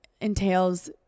entails